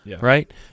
right